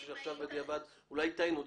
אולי בדיעבד טעינו,